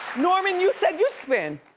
norman, you said you'd spin.